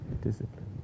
Discipline